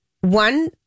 one